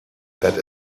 that